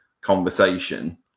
conversation